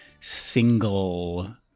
single